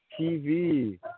TV